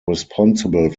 responsible